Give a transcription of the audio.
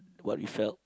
what we felt